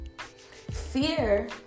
Fear